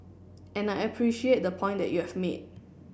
and I appreciate the point that you've made